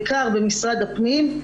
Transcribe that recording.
בעיקר במשרד הפנים.